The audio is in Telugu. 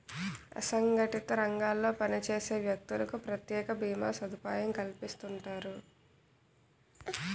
అసంగటిత రంగాల్లో పనిచేసే వ్యక్తులకు ప్రత్యేక భీమా సదుపాయం కల్పిస్తుంటారు